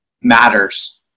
matters